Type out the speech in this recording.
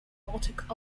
robotic